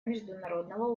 международного